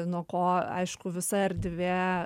nuo ko aišku visa erdvė